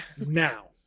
now